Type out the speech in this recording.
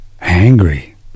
angry